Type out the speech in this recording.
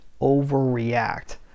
overreact